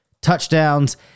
touchdowns